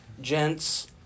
gents